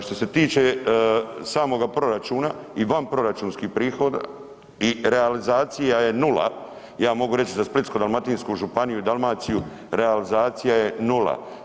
Što se tiče samoga proračuna i vanproračunskih prihoda i realizacija je nula, ja mogu reći za Splitsko-dalmatinsku županiju i Dalmaciju realizacija je nula.